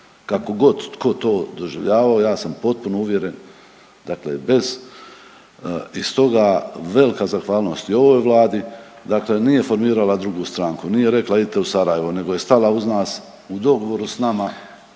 Kako god tko to doživljavao ja sam potpuno uvjeren dakle bez i stoga velika zahvalnost i ovoj vladi, dakle nije formirala drugu stranku, nije rekla idite u Sarajevo nego je stala uz nas, u dogovoru s nama